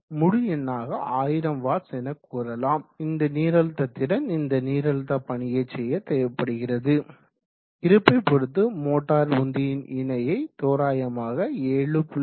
எனவே 6000 வாட்ஸ் நீரழுத்த திறன் இந்த நீரழுத்த பணியைச் செய்ய தேவைப்படுகிறது இருப்பை பொறுத்து மோட்டார் உந்தி இணையை தோராயமாக 7